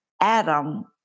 Adam